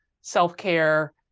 self-care